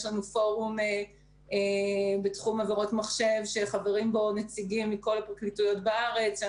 יש לנו פורום בתחום עבירות מחשב שחברים בו נציגים מכל הפרקליטויות בארץ.